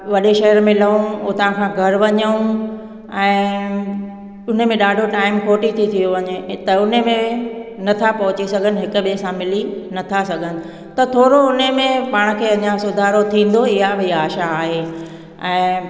वॾे शहर में लहूं हुतां खां घर वञूं ऐं उन में ॾाढो टाइम खोटी थी थियो वञे त उन में नथा पहुची सघनि हिक ॿिए सां मिली नथा सघनि त थोरो हुन में बि पाण खे अञा सुधारो थींदो इहा आशा आहे ऐं